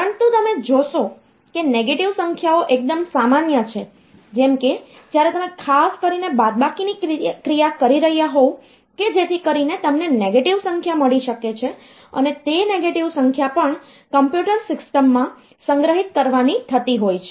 પરંતુ તમે જોશો કે નેગેટિવ સંખ્યાઓ એકદમ સામાન્ય છે જેમ કે જ્યારે તમે ખાસ કરીને બાદબાકીની ક્રિયા કરી રહ્યા હોવ કે જેથી કરીને તમને નેગેટિવ સંખ્યા મળી શકે છે અને તે નેગેટિવ સંખ્યા પણ કમ્પ્યુટર સિસ્ટમ માં સંગ્રહિત કરવાની થતી હોય છે